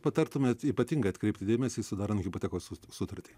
patartumėt ypatingai atkreipti dėmesį sudarant hipotekos su sutartį